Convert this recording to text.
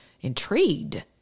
intrigued